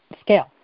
scale